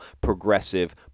progressive